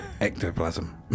ectoplasm